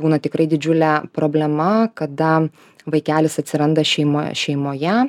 būna tikrai didžiulė problema kada vaikelis atsiranda šeimo šeimoje